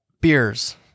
beers